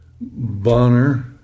Bonner